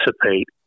participate